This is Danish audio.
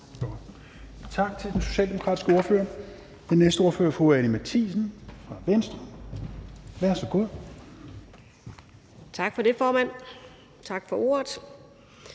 Tak til den socialdemokratiske ordfører. Den næste ordfører er fru Anni Matthiesen fra Venstre. Værsgo. Kl. 17:04 (Ordfører)